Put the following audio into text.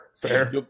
Fair